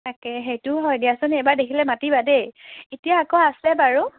তাকে সেইটোও হয় দিয়াচোন এইবাৰ দেখিলে মাতিবা দেই এতিয়া আকৌ আছে বাৰু